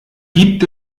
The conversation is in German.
gibt